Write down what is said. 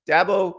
Dabo